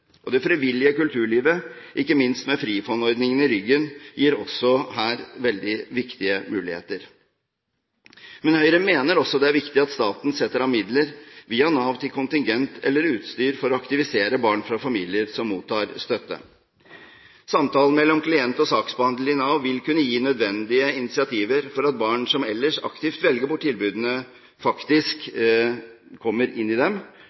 Det frivillige kulturlivet, ikke minst med Frifondordningen i ryggen, gir også her veldig viktige muligheter. Men Høyre mener også det er viktig at staten setter av midler via Nav til kontingent eller utstyr for å aktivisere barn fra familier som mottar støtte. Samtalen mellom klient og saksbehandler i Nav vil kunne gi nødvendige initiativer for at barn som ellers aktivt velger bort tilbudene, faktisk kommer inn i dem